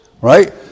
right